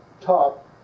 top